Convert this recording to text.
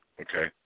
Okay